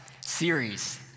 series